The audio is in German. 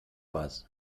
was